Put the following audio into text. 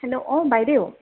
hello অঁ বাইদেউ